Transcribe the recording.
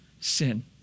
Sin